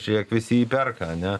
žiūrėk visi jį perka ane